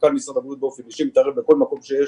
ומנכ"ל משרד הבריאות באופן אישי מתערב בכל מקום שיש,